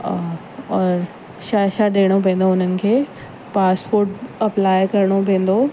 और छा छा ॾियणो पवंदो उन्हनि खे पासपोर्ट अप्लाई करिणो पवंदो